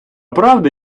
правди